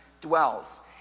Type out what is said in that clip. dwells